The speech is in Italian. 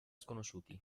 sconosciuti